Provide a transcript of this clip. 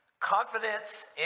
Confidence